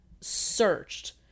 searched